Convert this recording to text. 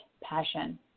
passion